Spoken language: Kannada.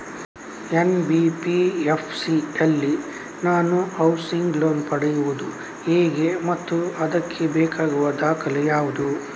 ಎನ್.ಬಿ.ಎಫ್.ಸಿ ಯಲ್ಲಿ ನಾನು ಹೌಸಿಂಗ್ ಲೋನ್ ಪಡೆಯುದು ಹೇಗೆ ಮತ್ತು ಅದಕ್ಕೆ ಬೇಕಾಗುವ ದಾಖಲೆ ಯಾವುದು?